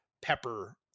pepper